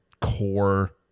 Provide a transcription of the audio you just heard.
core